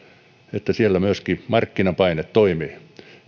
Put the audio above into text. että siellä myöskin markkinapaine toimii